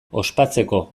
ospatzeko